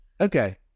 Okay